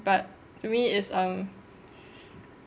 but to me it's uh